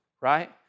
right